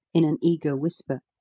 in an eager whisper.